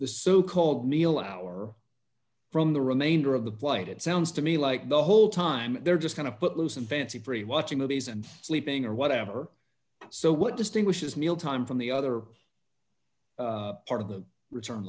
the so called meal hour from the remainder of the plane it sounds to me like the whole time they're just kind of put loose and fancy free watching movies and sleeping or whatever so what distinguishes mealtime from the other part of the return